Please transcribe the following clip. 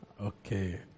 okay